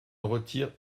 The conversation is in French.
retire